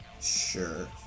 Sure